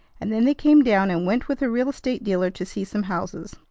and then they came down and went with a real-estate dealer to see some houses.